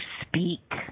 speak